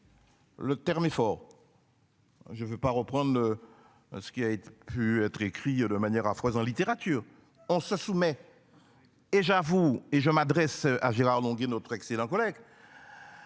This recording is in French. Le terme est fort. Je veux pas reprendre. Ce qui a pu être écrit de manière à trois en littérature, on se soumet. Et j'avoue et je m'adresse à Gérard Longuet, notre excellent collègue.